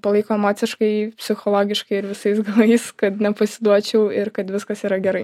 palaiko emociškai psichologiškai ir visais galais kad nepasiduočiau ir kad viskas yra gerai